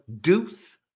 deuce